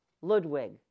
Ludwig